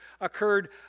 occurred